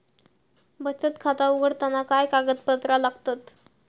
बचत खाता उघडताना काय कागदपत्रा लागतत?